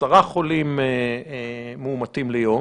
עשרה חולים מאומתים ביום.